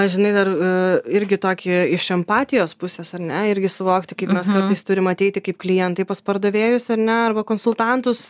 žinai dar irgi tokį iš empatijos pusės ar ne irgi suvokti kaip mes kartais turim ateiti kaip klientai pas pardavėjus ar ne arba konsultantus